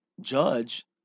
judge